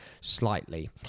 slightly